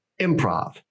Improv